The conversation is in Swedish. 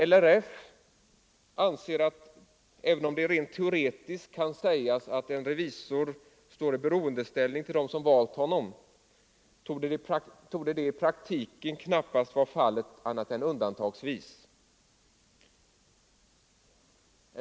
LRF anser att även om det rent teoretiskt kan sägas att en revisor står i beroendeställning gentemot dem som har valt honom, torde det i praktiken knappast vara fallet annat än undantagsvis.